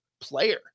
player